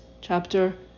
Chapter